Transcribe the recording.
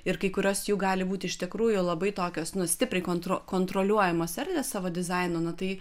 ir kai kurios jų gali būti iš tikrųjų labai tokios nu stpriai kontro kontroliuojamos erdvės savo dizaino nu tai